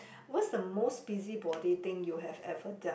what's the most busybody thing you have ever done